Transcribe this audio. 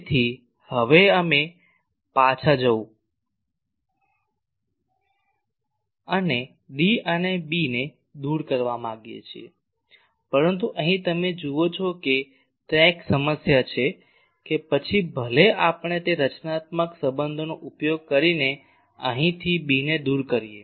તેથી હવે અમે પાછા જવું અને D અને B ને દૂર કરવા માગીએ છીએ પરંતુ અહીં તમે જુઓ છો કે ત્યાં એક સમસ્યા છે કે પછી ભલે આપણે તે રચનાત્મક સંબંધોનો ઉપયોગ કરીને અહીંથી Bને દૂર કરીએ